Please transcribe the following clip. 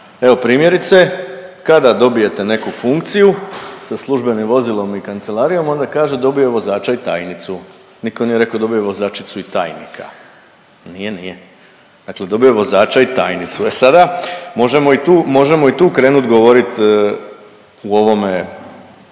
Evo, primjerice kada dobijete neku funkciju sa službenim vozilom i kancelarijom onda kažu dobio je je vozača i tajnicu, niko nije rekao dobio je vozačicu i tajnika. Nije, nije. Dakle, dobio je vozača i tajnicu. E sada možemo i tu, možemo i tu krenut govorit u ovome